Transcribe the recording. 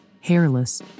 hairless